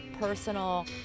personal